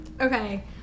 Okay